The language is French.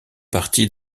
partie